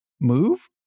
move